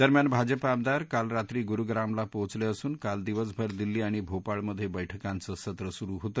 दरम्यान भाजपा आमदार काल रात्री गुरुप्रामला पोहोचले असून काल दिवसभर दिल्ली आणि भोपाळमधे बैठकांचं सत्र सुरु होत